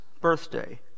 birthday